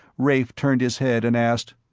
rafe turned his head and asked,